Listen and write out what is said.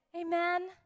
amen